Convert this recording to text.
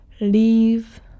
leave